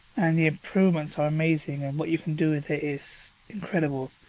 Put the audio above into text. and the improvements are amazing, and what you can do with it is incredible.